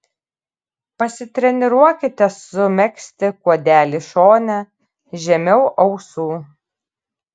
pasitreniruokite sumegzti kuodelį šone žemiau ausų